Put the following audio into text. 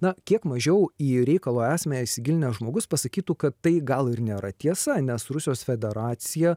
na kiek mažiau į reikalo esmę įsigilinęs žmogus pasakytų kad tai gal ir nėra tiesa nes rusijos federacija